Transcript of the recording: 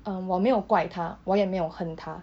um 我没有怪她我也没有恨她